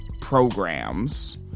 programs